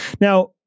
Now